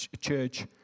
church